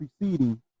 preceding